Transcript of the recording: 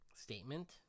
Statement